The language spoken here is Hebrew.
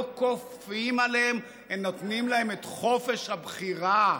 לא כופים עליהם אלא נותנים להם את חופש הבחירה.